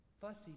fussy